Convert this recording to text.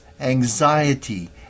anxiety